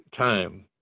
time